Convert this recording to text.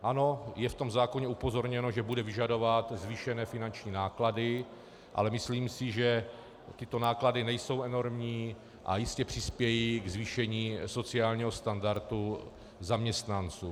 Ano, je v tom zákoně upozorněno, že bude vyžadovat zvýšené finanční náklady, ale myslím si, že tyto náklady nejsou enormní a jistě přispějí k zvýšení sociálního standardu zaměstnanců.